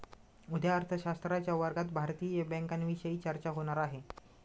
उद्या अर्थशास्त्राच्या वर्गात भारतीय बँकांविषयी चर्चा होणार आहे